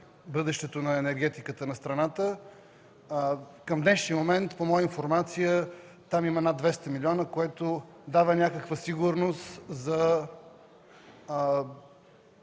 бъдещето на енергетиката на страната. Към днешния момент по моя информация там има над 200 милиона, което дава някаква сигурност за